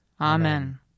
Amen